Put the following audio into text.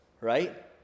right